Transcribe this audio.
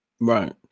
Right